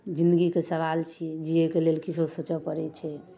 जिन्दगीके सवाल छियै जियैके लेल किछो सोचय पड़ै छै